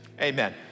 amen